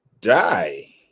die